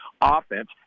offense